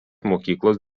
mokyklos